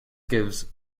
gives